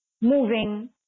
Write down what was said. moving